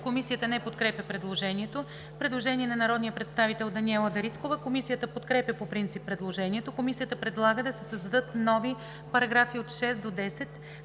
Комисията не подкрепя предложението. Предложение на народния представител Даниела Дариткова. Комисията подкрепя по принцип предложението. Комисията предлага да се създадат нови § 6 – 10: